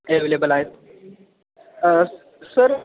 available आहेत sir